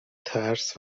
ترس